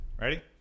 ready